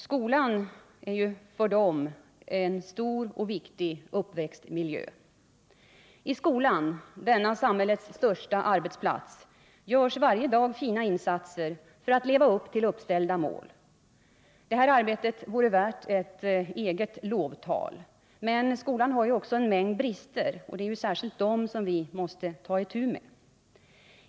Skolan är för dem en viktig uppväxtmiljö. I skolan, denna samhällets största arbetsplats, görs varje dag fina insatser för att uppställda mål skall kunna uppnås. Detta arbete vore värt ett eget lovtal. Men skolan har också en mängd brister, och det är dem som vi måste ta itu med.